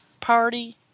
party